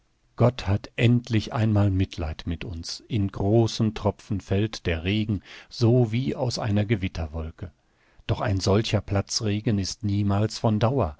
gott hat endlich einmal mitleid mit uns in großen tropfen fällt der regen so wie aus einer gewitterwolke doch ein solcher platzregen ist niemals von dauer